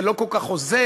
זה לא כל כך עוזר,